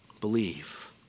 Believe